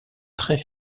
très